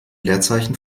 leerzeichen